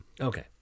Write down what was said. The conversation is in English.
Okay